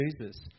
Jesus